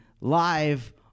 live